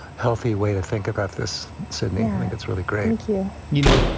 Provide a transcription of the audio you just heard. healthy way to think about this city. i think it's really great you you know,